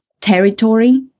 territory